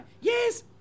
Yes